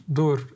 door